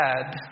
bad